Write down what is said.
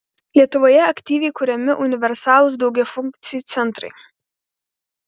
lietuvoje aktyviai kuriami universalūs daugiafunkciai centrai